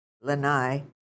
Lanai